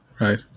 right